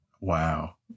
wow